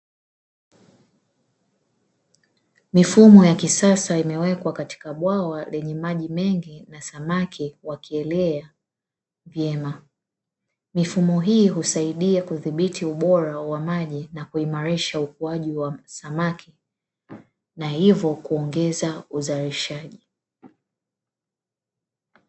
Mifumo ya kisasa imewekwa katika bwawa lenye maji mengi na samaki wakielea vyema, mifumo hii husaidia kudhibiti ubora wa maji na kuimarisha ukuaji wa samaki na hivyo kuongeza uzalishaji.